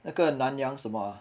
那个 nanyang 什么 ah